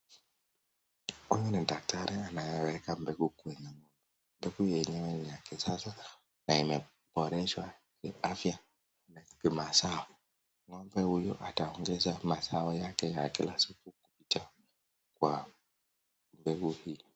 Huyu ni daktari anayeweka mbegu kwenye ng'ombe. Mbegu yenyewe ni ya kisasa na imeboreshwa kiafya na kimazao. Ng'ombe huyu ataongeza mazao yake ya kila siku kupitia kwa mbegu hii.